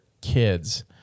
kids